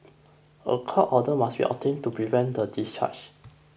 a court order must be obtained to prevent the discharge